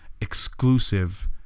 exclusive